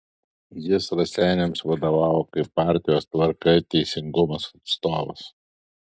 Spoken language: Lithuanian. jis raseiniams vadovavo kaip partijos tvarka ir teisingumas atstovas